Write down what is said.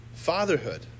fatherhood